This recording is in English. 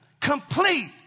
complete